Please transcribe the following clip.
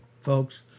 folks